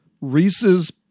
Reese's